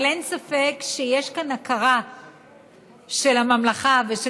אבל אין ספק שיש כאן הכרה של הממשלה ושל